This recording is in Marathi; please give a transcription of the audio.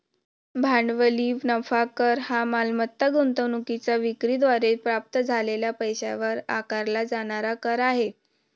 भांडवली नफा कर हा मालमत्ता गुंतवणूकीच्या विक्री द्वारे प्राप्त झालेल्या पैशावर आकारला जाणारा कर आहे